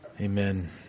Amen